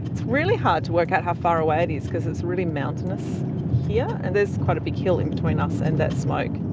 it's really hard to work out how far away it is because its really mountainous here yeah and there's quite a big hill in between us and that smoke.